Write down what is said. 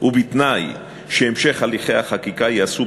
בפרט במקרים שבהם מעורבים ילדים ובני-נוער,